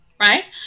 right